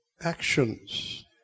actions